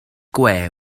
gwe